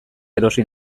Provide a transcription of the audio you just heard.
erosi